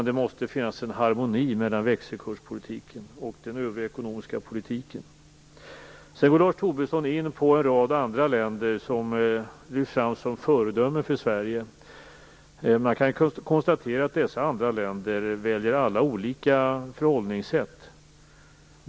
Det måste finnas en harmoni mellan växelkurspolitiken och den övriga ekonomiska politiken. Sedan går Lars Tobisson in på en rad andra länder som lyfts fram som föredömen för Sverige. Man kan konstatera att dessa andra länder alla väljer olika förhållningssätt.